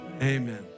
Amen